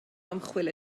ymchwil